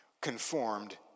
Conformed